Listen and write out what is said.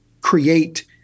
create